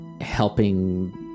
helping